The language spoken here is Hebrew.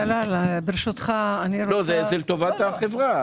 זה לטובת החברה.